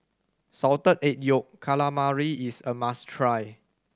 Salted Egg Yolk Calamari is a must try